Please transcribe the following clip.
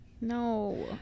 No